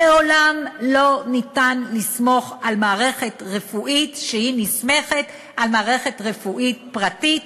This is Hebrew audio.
לעולם לא ניתן לסמוך על מערכת רפואית שנסמכת על מערכת רפואית פרטית,